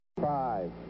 Five